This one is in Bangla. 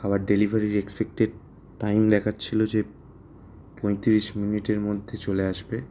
খাবার ডেলিভারির এক্সপেকটেড টাইম দেখাচ্ছিলো যে পঁইতিরিশ মিনিটের মধ্যে চলে আসবে